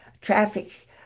traffic